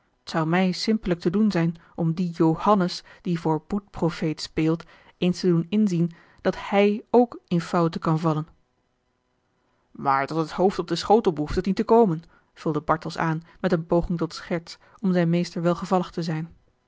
zou mij simpelijk te doen zijn om dien johannes die voor boetprofeet speelt eens te doen inzien dat hij ook in faute kan vallen aar dat het hoofd op den schotel behoeft het niet te komen vulde bartels aan met eene poging tot scherts om zijn meester welgevallig te zijn